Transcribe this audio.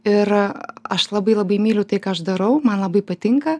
ir aš labai labai myliu tai ką aš darau man labai patinka